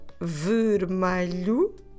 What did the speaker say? Vermelho